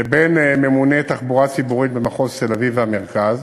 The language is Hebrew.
לבין ממונה תחבורה ציבורית במחוזות תל-אביב והמרכז,